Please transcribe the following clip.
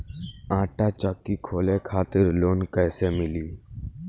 आटा चक्की खोले खातिर लोन कैसे मिली?